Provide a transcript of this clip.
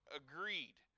agreed